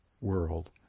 world